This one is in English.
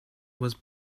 was